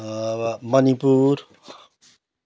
र मणिपुर